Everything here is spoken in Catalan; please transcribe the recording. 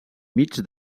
mig